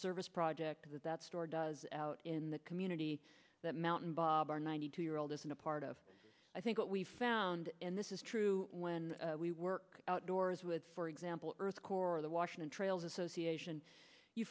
service project that store does out in the community that mountain babar ninety two year old isn't a part of i think what we found in this is true when we work outdoors with for example earth's core or the washington trails association you